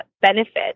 benefit